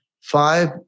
five